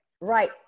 Right